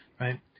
right